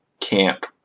camp